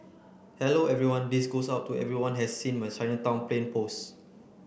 hello everyone this goes out to everyone has seen my Chinatown plane post